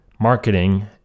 marketing